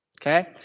Okay